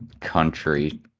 country